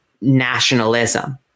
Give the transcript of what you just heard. nationalism